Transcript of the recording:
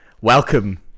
Welcome